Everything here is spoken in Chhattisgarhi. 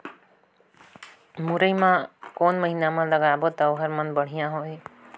मुरई ला कोन महीना मा लगाबो ता ओहार मान बेडिया होही?